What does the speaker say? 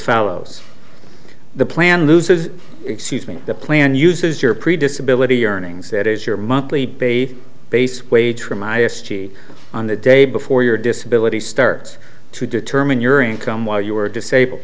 follows the plan loses excuse me the plan uses your previous ability earnings that is your monthly baby base wage for my s g on the day before your disability starts to determine your income while you are disabled